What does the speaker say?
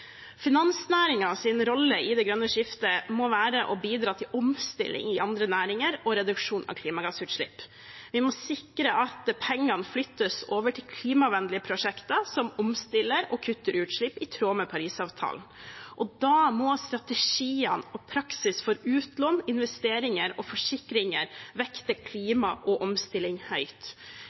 rolle i det grønne skiftet må være å bidra til omstilling i andre næringer og reduksjon av klimagassutslipp. Vi må sikre at pengene flyttes over til klimavennlige prosjekter som omstiller og kutter utslipp i tråd med Parisavtalen. Da må strategiene og praksis for utlån, investeringer og forsikringer vekte klima og omstilling høyt.